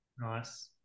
Nice